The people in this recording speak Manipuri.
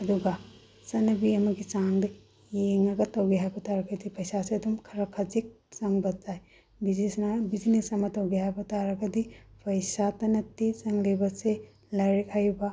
ꯑꯗꯨꯒ ꯆꯠꯅꯕꯤ ꯑꯃꯒꯤ ꯆꯥꯡꯗ ꯌꯦꯡꯉꯒ ꯇꯧꯒꯦ ꯍꯥꯏꯕ ꯇꯥꯔꯒꯗꯤ ꯄꯩꯁꯥꯁꯨ ꯑꯗꯨꯝ ꯈꯔ ꯈꯖꯤꯛ ꯆꯪꯕ ꯇꯥꯏ ꯃꯌꯥꯝ ꯕꯤꯖꯤꯅꯦꯁ ꯑꯃ ꯇꯧꯒꯦ ꯍꯥꯏꯕ ꯇꯥꯔꯒꯗꯤ ꯄꯩꯁꯥꯇ ꯅꯠꯇꯦ ꯆꯪꯂꯤꯕꯁꯦ ꯂꯥꯏꯔꯤꯛ ꯍꯩꯕ